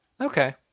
Okay